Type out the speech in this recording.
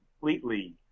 completely